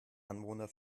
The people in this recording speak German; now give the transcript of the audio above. anwohner